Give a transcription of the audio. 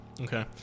Okay